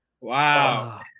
Wow